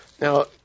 Now